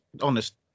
honest